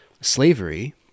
slavery